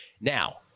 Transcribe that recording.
Now